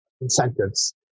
incentives